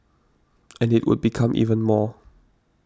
and it would become even more